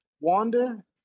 Wanda